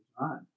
Right